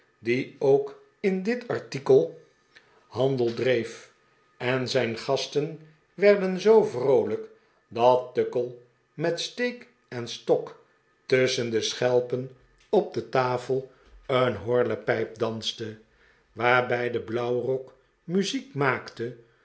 die ook in dit artikel hanwinkle op de vlucht del dreef eh zijn gasten werden zoo vroolijk dat tuckle met steek enstok tusschen de schelpen op de tafel een horlepijp danste waarbij de blauwrok muziek maakte